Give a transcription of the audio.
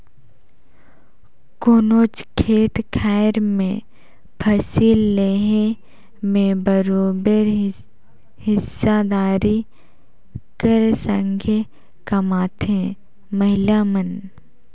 कोनोच खेत खाएर में फसिल लेहे में बरोबेर हिस्सादारी कर संघे कमाथें महिला मन